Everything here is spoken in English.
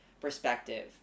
perspective